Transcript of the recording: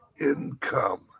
income